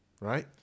right